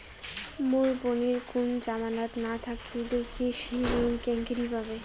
মোর বোনের কুনো জামানত না থাকিলে কৃষি ঋণ কেঙকরি পাবে?